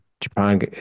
Japan